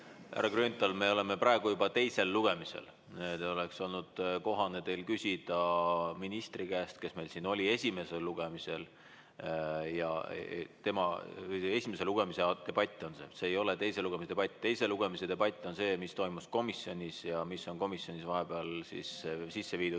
Grünthal, me oleme praegu juba teisel lugemisel. Neid oleks teil olnud kohane küsida ministri käest, kes oli siin esimesel lugemisel. Esimese lugemise debatt on see, see ei ole teise lugemise debatt. Teise lugemise debatt on see, mis toimus komisjonis ja missugused muudatused on komisjonis vahepeal sisse viidud.